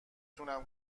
تونم